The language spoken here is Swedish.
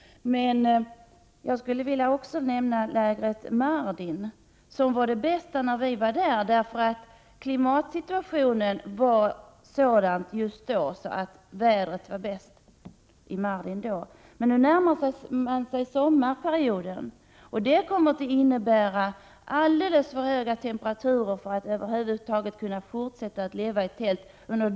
Jag vill också nämna lägret Mardin, där situationen vid den tidpunkt då vi var där var bättre än i andra läger på grund av att vädret då var bra. Men nu närmar man sig sommarperioden, vilket kommer att innebära så höga temperaturer att det blir omöjligt för människor att fortsätta att leva i tält.